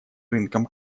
рынкам